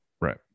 right